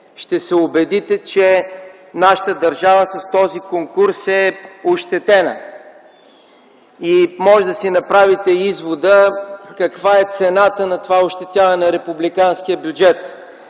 ще се убедите, че нашата държава с този конкурс е ощетена. Можете да си направите извода каква е цената на това ощетяване на републиканския бюджет.